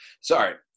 sorry